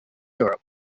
europe